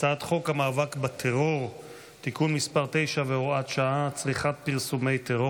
הצעת חוק המאבק בטרור (תיקון מס' 9 והוראת שעה) (צריכת פרסומי טרור),